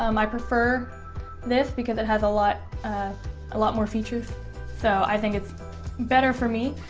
um i prefer this because it has a lot a lot more features so i think it's better for me.